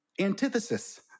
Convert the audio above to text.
antithesis